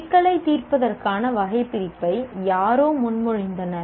சிக்கலைத் தீர்ப்பதற்கான வகைபிரிப்பை யாரோ முன்மொழிந்தனர்